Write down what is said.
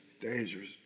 Dangerous